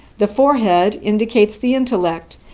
the forehead indicates the intellect,